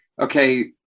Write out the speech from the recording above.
okay